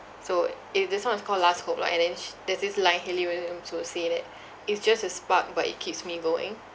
so eh this song is called last hope lah and then sh~ there's this line hayley williams also say that it's just a spark but it keeps me going